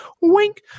wink